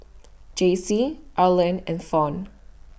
Jaycie Arland and Fawn